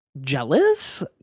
jealous